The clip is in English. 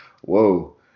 Whoa